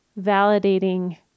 validating